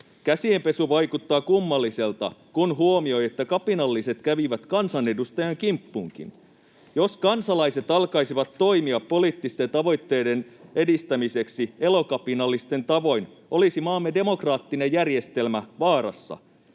Käsienpesu vaikuttaa kummalliselta, kun huomioi, että kapinalliset kävivät kansanedustajan kimppuunkin. Jos kansalaiset alkaisivat toimia poliittisten tavoitteiden edistämiseksi elokapinallisten tavoin, olisi maamme demokraattinen järjestelmä vaarassa.